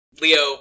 Leo